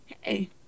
Hey